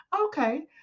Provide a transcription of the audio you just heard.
Okay